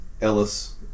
Ellis